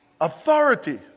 authority